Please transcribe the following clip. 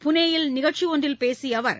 புனேயில் நிகழ்ச்சிஒன்றில் பேசியஅவர்